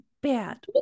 bad